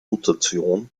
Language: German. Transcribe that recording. mutation